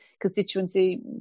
constituency